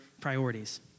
priorities